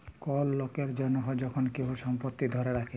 call লকের জনহ যখল কেহু সম্পত্তি ধ্যরে রাখে